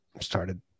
Started